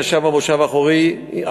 שישב במושב האחורי-ימני,